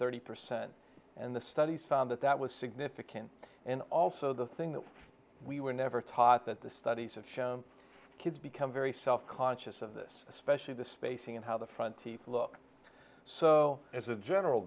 thirty percent and the studies found that that was significant and also the thing that we were never taught that the studies have shown kids become very self conscious of this especially the spacing and how the front teeth look so as a general